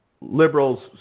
liberals